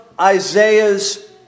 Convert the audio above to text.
Isaiah's